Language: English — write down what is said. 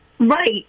Right